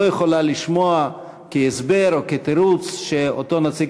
לא יכולה לשמוע כהסבר או כתירוץ שאותו נציג